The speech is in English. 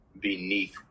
beneath